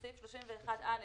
לסעיף 31(א).